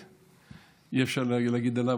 אי-אפשר להגיד עליו,